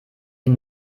dem